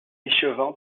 échevin